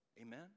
Amen